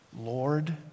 Lord